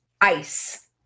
ice